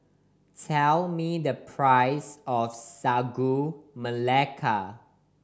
tell me the price of Sagu Melaka